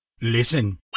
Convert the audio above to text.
Listen